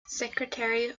secretary